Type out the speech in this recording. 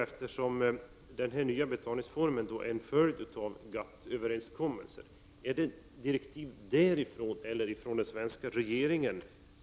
Eftersom den nya betalningsformen är en följd av GATT-uppgörelsen vill jag fråga: Kommer dessa direktiv från GATT eller från den svenska regeringen?